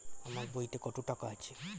আমার বইতে কত টাকা আছে?